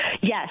yes